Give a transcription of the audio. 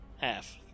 half